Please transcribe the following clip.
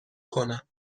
کنم